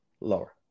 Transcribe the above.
Lower